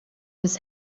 his